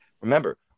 remember